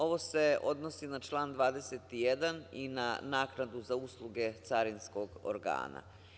Ovo se odnosi na član 21. i na naknadu na usluge carinskog organa.